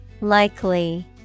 Likely